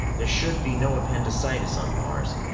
there should be no appendicitis on mars.